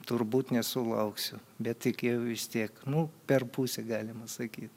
turbūt nesulauksiu bet tikėjau vis tiek nu per pusę galima sakyt